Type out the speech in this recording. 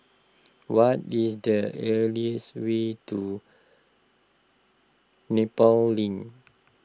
what is the earliest way to Nepal Link